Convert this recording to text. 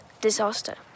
disaster